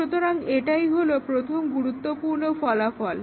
সুতরাং এটাই হলো প্রথম গুরুত্বপূর্ণ ফলাফল